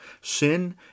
Sin